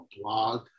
blog